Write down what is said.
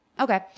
Okay